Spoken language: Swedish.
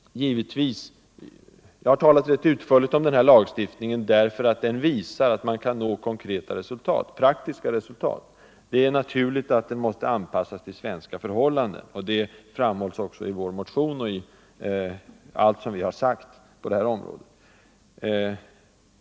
Jag har talat rätt utförligt om denna lagstiftning därför att den visar att man kan nå konkreta, praktiska resultat. Det är naturligt att detta måste anpassas till svenska förhållanden, och det framhålls även i vår motion och i allt som vi har sagt på det här området.